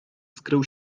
skrył